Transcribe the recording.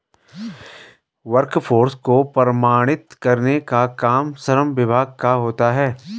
workforce को प्रमाणित करने का काम श्रम विभाग का होता है